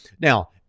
Now